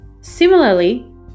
Similarly